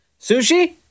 Sushi